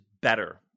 better